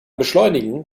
beschleunigen